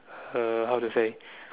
uh how to say